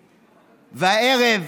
והערב,